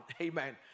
Amen